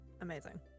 Amazing